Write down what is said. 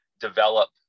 develop